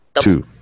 Two